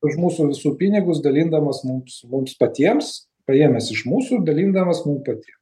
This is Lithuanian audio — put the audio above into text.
už mūsų visų pinigus dalindamas mums mums patiems paėmęs iš mūsų dalindamas mum patiem